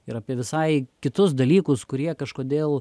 ir apie visai kitus dalykus kurie kažkodėl